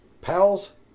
Pals